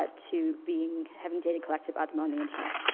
ah to being, having data collected about them on the internet.